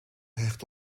hecht